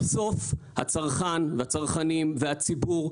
בסוף הצרכן והצרכנים והציבור,